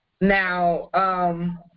Now